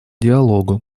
диалогу